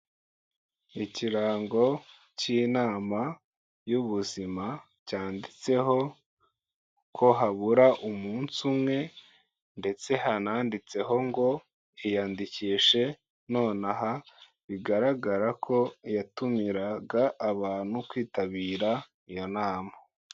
Ikirango k'inama y'ubuzima cyanditseho ko habura umunsi umwe ndetse hananditseho ngo iyandikishe nonaha, bigaragara ko yatumiraga abantu kwitabira iyo nama.